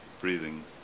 breathing